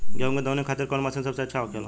गेहु के दऊनी खातिर कौन मशीन सबसे अच्छा होखेला?